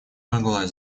могла